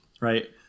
Right